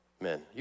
men